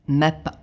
map